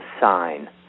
sign